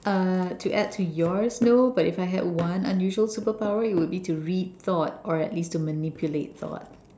uh to add to yours no but if I had one unusual superpower it would be to read thought or at least to manipulate thought